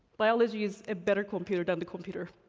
biology is a better computer than the computer,